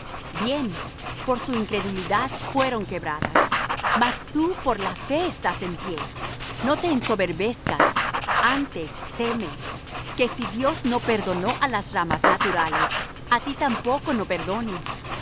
bien por su incredulidad fueron quebradas mas tú por la fe estás en pie no te ensoberbezcas antes teme que si dios no perdonó á las ramas naturales á ti tampoco no perdone